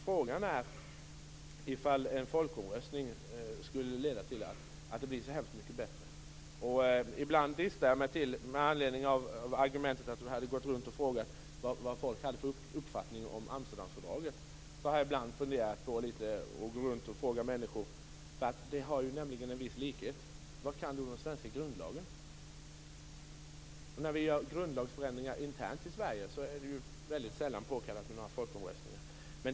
Frågan är ifall en folkomröstning skulle leda till att det blir så hemskt mycket bättre. Med anledning av argumentet att Eva Zetterberg hade gått runt och frågat vad människor hade för uppfattning om Amsterdamfördraget har jag ibland funderat på, eftersom det har en viss likhet, att gå runt och fråga människor: Vad kan du om den svenska grundlagen? När vi gör grundlagsförändringar internt i Sverige är det väldigt sällan påkallat med några folkomröstningar.